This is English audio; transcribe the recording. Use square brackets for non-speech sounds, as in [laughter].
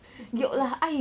[laughs]